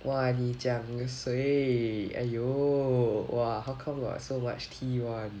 !wah! 你讲谁 !aiyo! !wah! how come got so much tea [one]